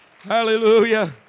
Hallelujah